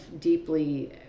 deeply